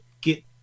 get